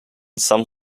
some